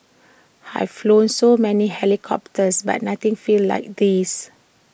have flown so many helicopters but nothing feels like this